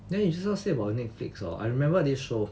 then you just now say about Netflix hor I remember this show